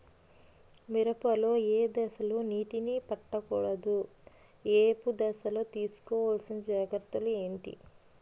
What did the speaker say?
మిరప లో ఏ దశలో నీటినీ పట్టకూడదు? ఏపు దశలో తీసుకోవాల్సిన జాగ్రత్తలు ఏంటి?